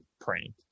prank